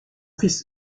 fils